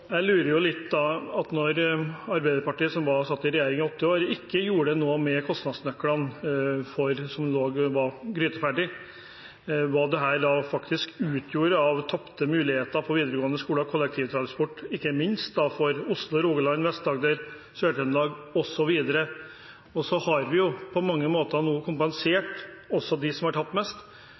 Jeg lurer litt på, når Arbeiderpartiet, som satt i regjering i åtte år, ikke gjorde noe med kostnadsnøklene, som var gryteferdige, hva dette faktisk utgjorde av tapte muligheter for videregående skoler og kollektivtransport, ikke minst for Oslo, Rogaland, Vest-Agder, Sør-Trøndelag osv. Vi har på mange måter nå kompensert også dem som har tapt mest,